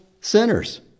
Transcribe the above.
sinners